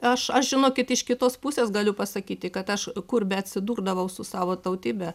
aš aš žinokit iš kitos pusės galiu pasakyti kad aš kur beatsidurdavau su savo tautybe